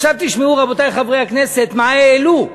עכשיו תשמעו, רבותי חברי הכנסת, מה העלו.